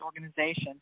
organization